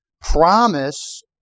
promise